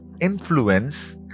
influence